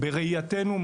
בראייתנו,